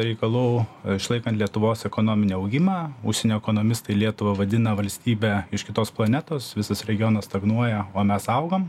reikalų išlaikant lietuvos ekonominį augimą užsienio ekonomistai lietuvą vadina valstybe iš kitos planetos visas regionas stagnuoja o mes augam